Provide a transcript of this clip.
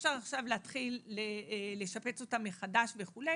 אי-אפשר עכשיו להתחיל לשפץ אותם מחדש וכו',